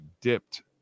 dipped